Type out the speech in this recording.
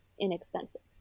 inexpensive